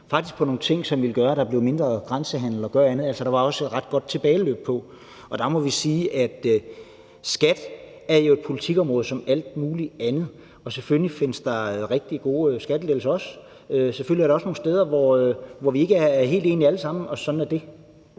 faktisk nogle ting, som ville gøre, at der blev mindre grænsehandel og andet. Der var også et ret godt tilbageløb på det. Vi må sige, at skat jo er et politikområde som alt muligt andet, og selvfølgelig findes der også rigtig gode skattelettelser. Selvfølgelig er der også nogle steder, hvor vi ikke er helt enige alle sammen, og sådan er det.